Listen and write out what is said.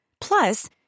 Plus